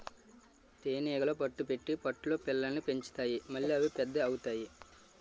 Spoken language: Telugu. తేనీగలు పట్టు పెట్టి పట్టులో పిల్లల్ని పెంచుతాయి మళ్లీ అవి పెద్ద అవుతాయి